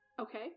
Okay